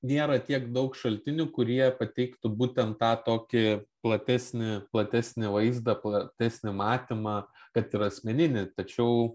nėra tiek daug šaltinių kurie pateiktų būtent tą tokį platesnį platesnį vaizdą platesnį matymą kad ir asmeninį tačiau